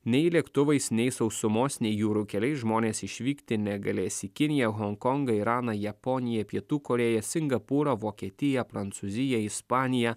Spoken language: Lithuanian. nei lėktuvais nei sausumos nei jūrų keliais žmonės išvykti negalės į kiniją honkongą iraną japoniją pietų korėją singapūrą vokietiją prancūziją ispaniją